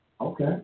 Okay